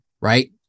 right